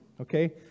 okay